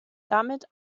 damit